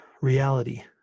reality